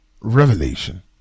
revelation